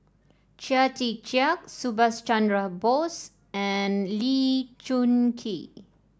Chia Tee Chiak Subhas Chandra Bose and Lee Choon Kee